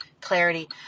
clarity